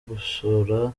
gusora